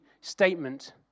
statement